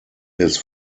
his